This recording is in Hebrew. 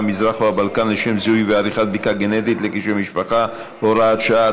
המזרח או הבלקן לשם זיהוי ועריכת בדיקה גנטית לקשרי משפחה (הוראת שעה),